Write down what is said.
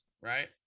right